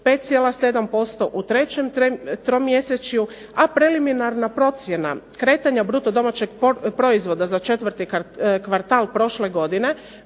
5,7% u trećem tromjesečju, a preliminarna procjena kretanja bruto domaćeg proizvoda za četvrti kvartal prošle godine